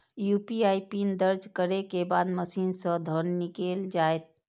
UPI PIN दर्ज करै के बाद मशीन सं धन निकैल जायत